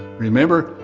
remember,